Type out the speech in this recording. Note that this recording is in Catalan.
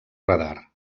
radar